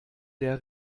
der